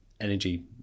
energy